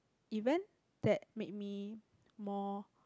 event that made me more